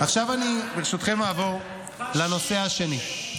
עכשיו אני ברשותכם אעבור לנושא השני.